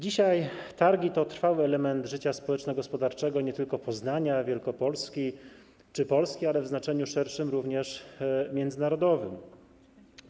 Dzisiaj targi to trwały element życia społeczno-gospodarczego nie tylko Poznania, Wielkopolski czy Polski, ale w znaczeniu szerszym - również międzynarodowego.